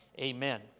Amen